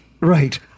right